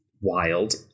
wild